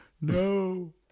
No